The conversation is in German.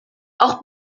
auch